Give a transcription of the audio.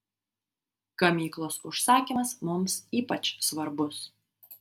gamyklos užsakymas mums ypač svarbus